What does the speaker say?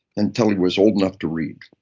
until he was old enough to read.